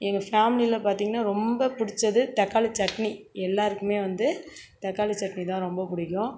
எங்கள் ஃபேமிலியில் பார்த்தீங்கனா ரொம்ப பிடிச்சது தக்காளி சட்னி எல்லோருக்குமே வந்து தக்காளி சட்னி தான் ரொம்ப பிடிக்கும்